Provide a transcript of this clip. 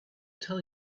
tell